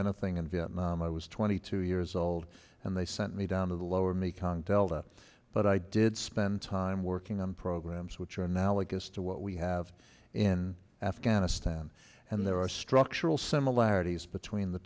anything in vietnam i was twenty two years old and they sent me down to the lower mekong delta but i did spend time working on programs which are analogous to what we have in afghanistan and there are structural similarities between the